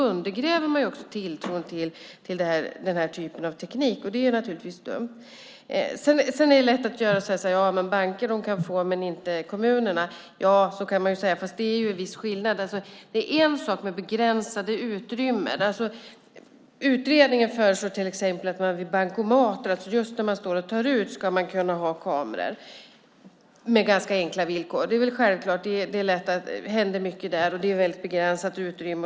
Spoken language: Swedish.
Då undergräver man också tilltron till den här typen av teknik, och det är naturligtvis dumt. Det är lätt att säga: Banker kan visst få kameror, men inte kommunerna. Så kan man ju säga, men det är faktiskt viss skillnad. Det är en sak med begränsade utrymmen. Utredningen säger till exempel att man med ganska enkla villkor ska kunna ha kameror vid bankomater, just där människor står och tar ut pengar. Det är självklart. Det händer ju mycket där, och det handlar om ett begränsat utrymme.